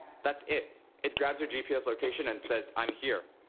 that's it. it grabs your gps location and says i'm here.